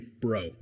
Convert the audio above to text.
bro